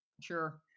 Sure